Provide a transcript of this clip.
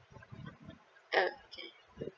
okay